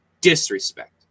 disrespect